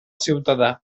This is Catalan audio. ciutadà